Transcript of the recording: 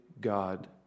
God